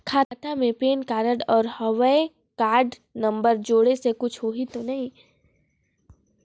खाता मे pan card और हव कारड नंबर जोड़े से कुछ होही तो नइ?